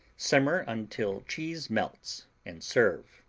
simmer until cheese melts, and serve.